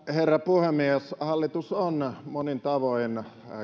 herra puhemies hallitus on monin tavoin